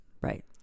Right